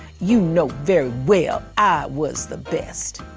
you know very well i was the best.